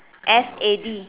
f a d